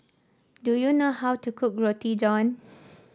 do you know how to cook Roti John